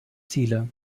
ziele